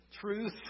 Truth